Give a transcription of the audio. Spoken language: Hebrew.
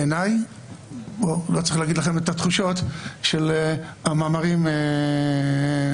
אני לא צריך להגיד לכם את התחושות של המאמרים נגדנו.